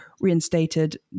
reinstated